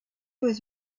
was